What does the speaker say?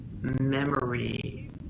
memory